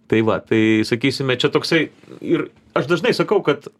tai va tai sakysime čia toksai ir aš dažnai sakau kad